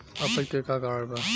अपच के का कारण बा?